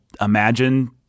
imagine